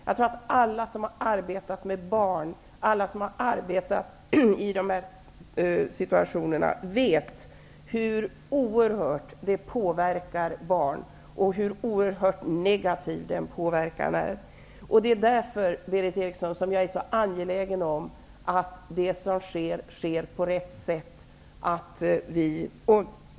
Jag tror att alla som har arbetat med barn i de här situationerna vet hur oerhört negativt det påverkar barn. Det är därför, Berith Eriksson, som jag är så angelägen om att det som sker skall ske på rätt sätt.